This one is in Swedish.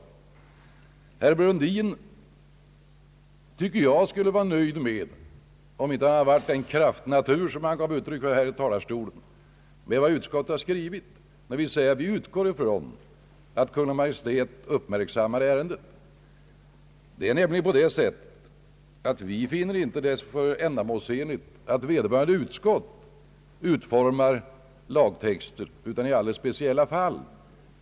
Jag tycker att herr Brundin bort vara nöjd med vad utskottet här har skrivit — om han inte varit den kraftnatur som han gav uttryck åt i talarstolen — när utskottet anför att det utgår ifrån att Kungl. Maj:t uppmärksammar ärendet. Vi finner det nämligen inte ändamålsenligt att vederbörande utskott utformar lagtexter utom i alldeles speciella fall.